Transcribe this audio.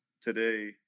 today